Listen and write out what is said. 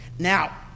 now